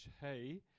hey